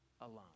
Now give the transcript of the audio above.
alone